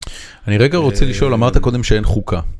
אני רגע רוצה לשאול, אמרת קודם שאין חוקה.